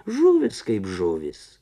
žuvys kaip žuvys